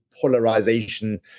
polarization